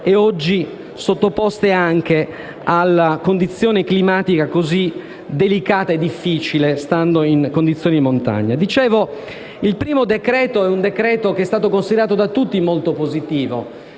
e oggi sottoposte anche a una condizione climatica delicata e difficile, stando in montagna. Il primo decreto-legge è stato considerato da tutti molto positivo.